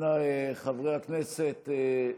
אנא, חברי הכנסת.